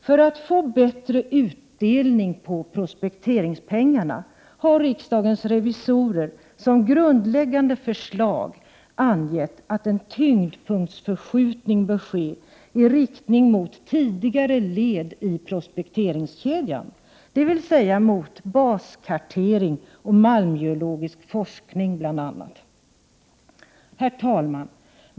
För att få bättre utdelning på prospekteringspengarna har riksdagens revisorer som grundläggande förslag angett att en tyngdpunktsförskjutning bör ske i riktning mot tidigare led i prospekteringskedjan, dvs. mot baskartering och malmgeologisk forskning. Herr talman!